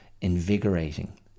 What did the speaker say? invigorating